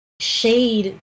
shade